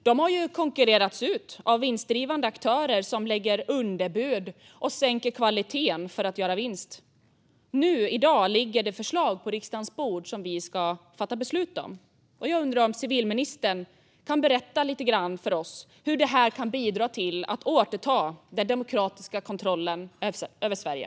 De idéburna har konkurrerats ut av vinstdrivande aktörer som lägger underbud och sänker kvaliteten för att göra vinst. Nu, i dag, ligger det förslag på riksdagens bord som vi ska fatta beslut om. Jag undrar om civilministern kan berätta lite grann för oss om hur det här kan bidra till att vi återtar den demokratiska kontrollen över Sverige.